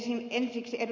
mutta ensiksi ed